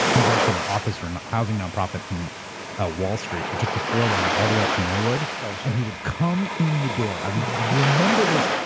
he worked in an office for a housing nonprofit in ah wall street and took the four line all the way up to norwood. oh shit. and he would come in the door, i remember this.